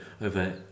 over